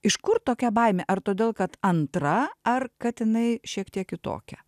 iš kur tokia baimė ar todėl kad antra ar kad jinai šiek tiek kitokia